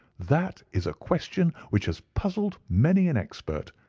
that is a question which has puzzled many an expert,